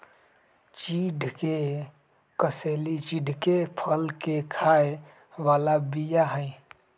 चिढ़ के कसेली चिढ़के फल के खाय बला बीया हई